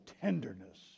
tenderness